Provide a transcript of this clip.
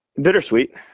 Bittersweet